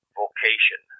vocation